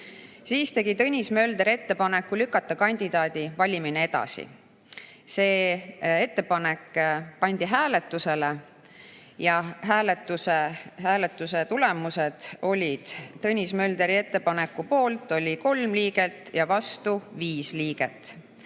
Siis tegi Tõnis Mölder ettepaneku lükata kandidaadi valimine edasi. See ettepanek pandi hääletusele ja hääletuse tulemused olid: Tõnis Möldri ettepaneku poolt oli 3 liiget ja vastu 5 liiget.